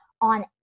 on